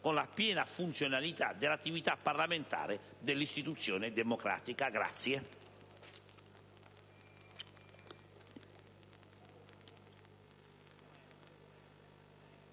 con la piena funzionalità dell'attività parlamentare dell'istituzione democratica.